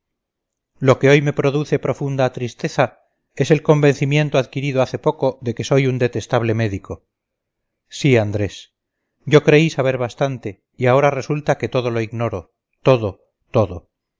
lo que hoy me produce profunda tristeza es el convencimiento adquirido hace poco de que soy un detestable médico sí andrés yo creí saber bastante y ahora resulta que todo lo ignoro todo todo